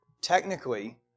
Technically